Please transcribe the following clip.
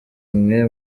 mwe